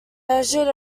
measured